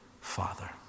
Father